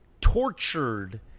tortured